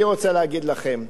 אני רוצה להגיד לכם,